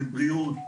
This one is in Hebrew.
ובריאות.